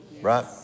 right